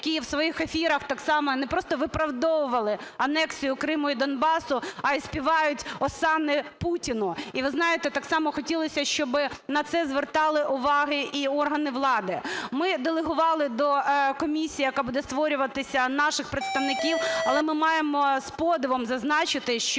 які в своїх ефірах так само не просто виправдовували анексію Криму і Донбасу, а і співають осанни Путіну. І ви знаєте, так само хотілося, щоб на це звертали увагу і органи влади. Ми делегували до комісії, яка буде створюватися, наших представників. Але ми маємо з подивом зазначити, що